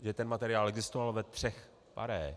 Že ten materiál existoval ve třech pare.